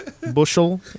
bushel